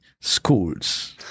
schools